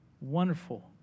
Wonderful